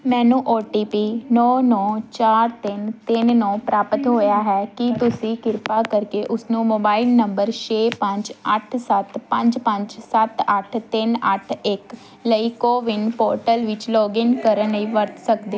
ਮੈਨੂੰ O T P ਨੌਂ ਨੌਂ ਚਾਰ ਤਿੰਨ ਤਿੰਨ ਨੌਂ ਪ੍ਰਾਪਤ ਹੋਇਆ ਹੈ ਕੀ ਤੁਸੀਂ ਕਿਰਪਾ ਕਰਕੇ ਉਸ ਨੂੰ ਮੋਬਾਈਲ ਨੰਬਰ ਛੇ ਪੰਜ ਅੱਠ ਸੱਤ ਪੰਜ ਪੰਜ ਸੱਤ ਅੱਠ ਤਿੰਨ ਅੱਠ ਇੱਕ ਲਈ ਕੋਵਿਨ ਪੋਰਟਲ ਵਿੱਚ ਲੌਗਇਨ ਕਰਨ ਲਈ ਵਰਤ ਸਕਦੇ